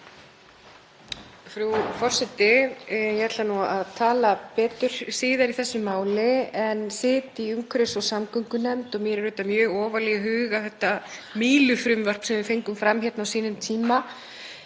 forseti. Ég ætla að tala betur síðar í þessu máli en ég sit í umhverfis- og samgöngunefnd og mér er mjög ofarlega í huga þetta Mílufrumvarp sem við fengum fram hérna á sínum tíma